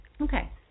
Okay